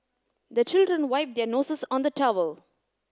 the children wipe their noses on the towel